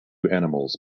animals